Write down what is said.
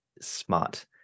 smart